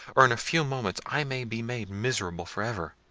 or in a few moments i may be made miserable for ever.